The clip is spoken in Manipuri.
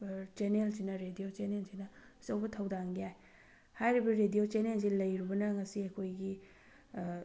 ꯆꯦꯟꯅꯦꯜꯁꯤꯅ ꯔꯦꯗꯤꯑꯣ ꯆꯦꯟꯅꯦꯜꯁꯤꯅ ꯑꯆꯧꯕ ꯊꯧꯗꯥꯡ ꯌꯥꯏ ꯍꯥꯏꯔꯤꯕ ꯔꯦꯗꯤꯑꯣ ꯆꯦꯟꯅꯦꯜꯁꯦ ꯂꯩꯔꯨꯕꯅ ꯉꯁꯤ ꯑꯩꯈꯣꯏꯒꯤ